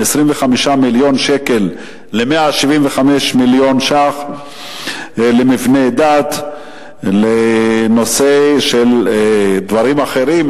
מ-25 מיליון שקלים ל-175 מיליון שקלים למבני דת ולדברים אחרים,